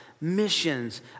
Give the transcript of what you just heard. Missions